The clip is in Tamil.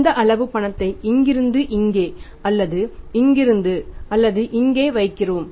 இந்த அளவு பணத்தை இங்கிருந்து இங்கே அல்லது இங்கே அல்லது இங்கே வைத்திருக்கிறோம்